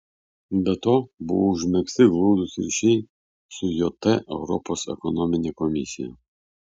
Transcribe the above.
be to buvo užmegzti glaudūs ryšiai su jt europos ekonomine komisija